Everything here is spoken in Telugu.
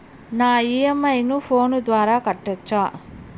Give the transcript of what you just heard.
నా ఇ.ఎం.ఐ ను ఫోను ద్వారా కట్టొచ్చా?